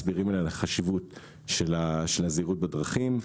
מסבירים להם את החשיבות של הזהירות בדרכים.